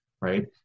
right